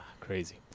Crazy